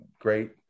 great